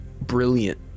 brilliant